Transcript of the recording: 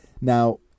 Now